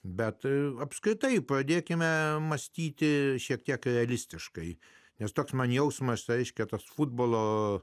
bet ir apskritai pradėkime mąstyti šiek tiek realistiškai nes toks man jausmas reiškia tas futbolo